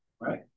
right